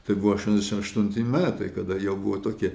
tai buvo aštuoniasdešimt aštunti metai kada jau buvo tokie